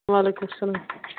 وعلیکُم السَلام